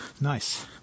Nice